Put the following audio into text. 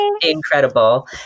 incredible